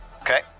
okay